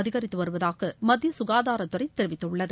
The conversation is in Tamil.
அதிகரித்து வருவதாக மத்திய சுகாதாரத்துறை தெரிவித்துள்ளது